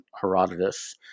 Herodotus